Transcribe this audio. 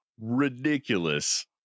ridiculous